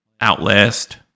Outlast